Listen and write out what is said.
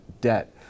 debt